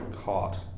caught